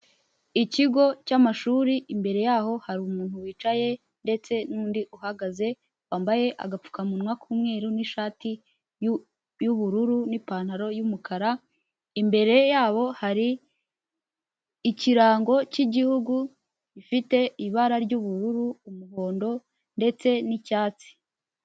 Ikigo cy'amashuri imbere yaho hari umuntu wicaye ndetse n'undi uhagaze wambaye agapfukamunwa k'umweru n'ishati y'ubururu n'ipantaro y'umukara, imbere yabo hari ikirango cy'igihugu, ifite ibara ry'ubururu, umuhondo ndetse n'icyatsi.